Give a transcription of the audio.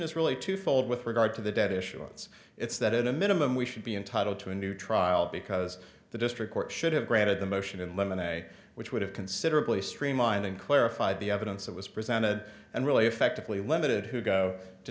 is really twofold with regard to the debt issuance it's that it a minimum we should be entitled to a new trial because the district court should have granted the motion in limine day which would have considerably streamlining clarified the evidence that was presented and really effectively limited who go to